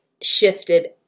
shifted